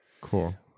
Cool